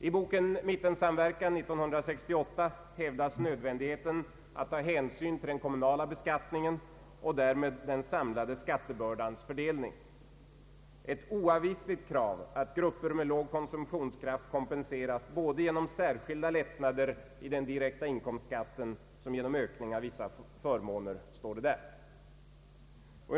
I boken Mittensamverkan 1968 hävdas nödvändigheten att ta hänsyn till den kommunala beskattningen och därmed den samlade skattebördans fördelning: ett oavvisligt krav att grupper med låg konsumtionskraft kompenseras både genom särskilda lättnader i den direkta inkomstskatten och genom ökning av vissa förmåner — står det i detta program.